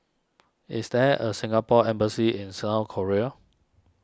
is there a Singapore Embassy in South Korea